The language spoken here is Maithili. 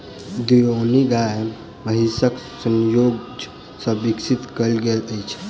देओनी गाय महीसक संजोग सॅ विकसित कयल गेल अछि